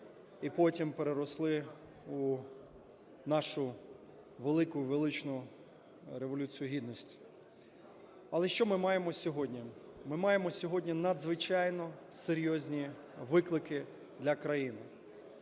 і потім переросли у нашу велику, величну Революцію Гідності. Але що ми маємо сьогодні? Ми маємо сьогодні надзвичайно серйозні виклики для країни.